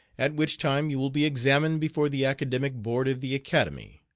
at which time you will be examined before the academic board of the academy.